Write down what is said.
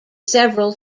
several